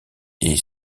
est